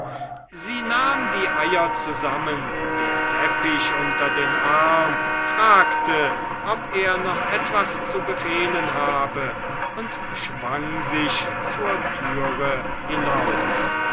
sie nahm die eier zusammen den teppich unter den arm fragte ob er noch etwas zu befehlen habe und schwang sich zur tür hinaus